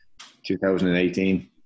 2018